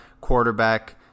quarterback